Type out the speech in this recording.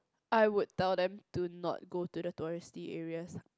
I would tell them do not go to the touristy area